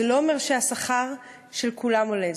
זה לא אומר שהשכר של כולם עולה,